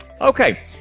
Okay